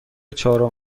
چهارم